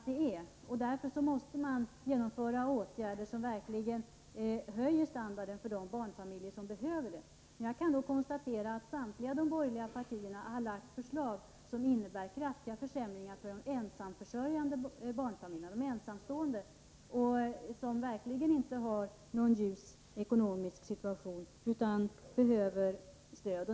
Därför måste vi genomföra åtgärder som verkligen höjer standarden för de barnfamiljer som behöver det. Jag kan då konstatera att samtliga borgerliga partier har lagt fram förslag som innebär kraftiga försämringar för ensamstående med barn, vilka verkligen inte har någon ljus ekonomisk situation utan behöver stöd.